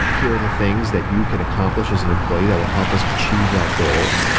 here are the things that you can accomplish as an employee that will help us achieve that goal,